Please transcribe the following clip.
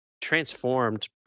transformed